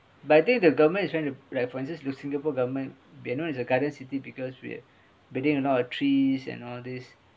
but I think the government is trying to like for instanceto singapore government we are known as a garden city because we're building a lot of trees and all this